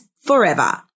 forever